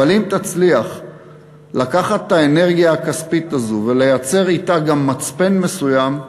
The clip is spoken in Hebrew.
אבל אם תצליח לקחת את האנרגיה הכספית הזו ולייצר אתה גם מצפן מסוים,